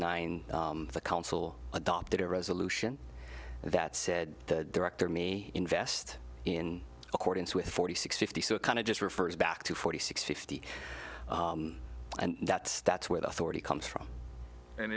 nine the council adopted a resolution that said the director me invest in accordance with forty six fifty so it kind of just refers back to forty six fifty and that's that's where the authority comes from and